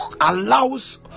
allows